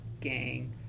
gang